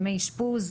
ימי אשפוז?